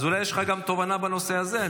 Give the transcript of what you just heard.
אז אולי יש לך תובנה גם בנושא הזה?